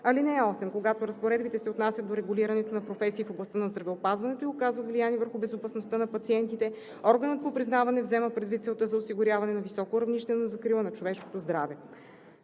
съюз. (8) Когато разпоредбите се отнасят до регулирането на професии в областта на здравеопазването и оказват влияние върху безопасността на пациентите, органът по признаване взема предвид целта за осигуряване на високо равнище на закрила на човешкото здраве.